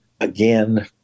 again